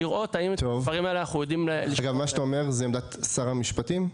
מה שאתה אומר זאת עמדת שר המשפטים?